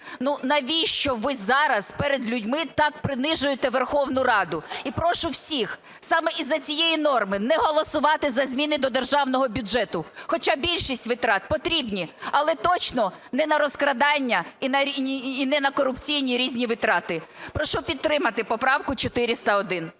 Навіщо ви зараз перед людьми так принижуєте Верховну Раду? І прошу всіх саме із-за цієї норми не голосувати за зміни до державного бюджету, хоча більшість витрат потрібні, але точно не на розкрадання і не на корупційні різні витрати. Прошу підтримати поправку 401.